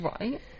Right